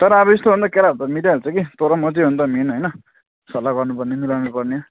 तर अब यस्तो हो नि त केटाहरू त मिलिहाल्छ कि तँ र म चाहिँ हो नि त मेन होइन सल्लाह गर्नुपर्ने मिलाउनु पर्ने